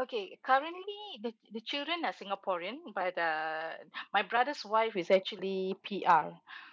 okay currently the the children are singaporean but uh my brother's wife is actually P_R